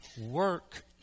work